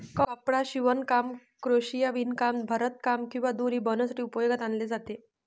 कपडा शिवणकाम, क्रोशिया, विणकाम, भरतकाम किंवा दोरी बनवण्यासाठी उपयोगात आणले जाते